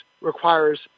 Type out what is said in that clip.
requires